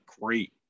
great